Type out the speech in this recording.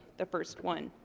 the first one.